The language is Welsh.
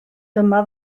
dyma